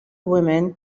women